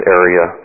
area